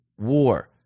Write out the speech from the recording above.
war